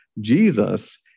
Jesus